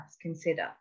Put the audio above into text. consider